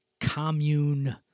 commune